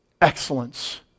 Excellence